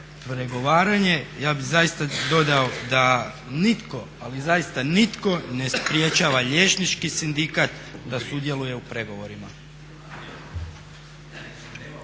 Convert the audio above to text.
pregovaranje ja bih zaista dodao da nitko, ali zaista nitko ne sprječava Liječnički sindikat da sudjeluje u pregovorima.